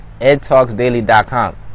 edtalksdaily.com